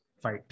fight